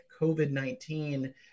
COVID-19